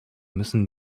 müssen